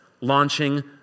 launching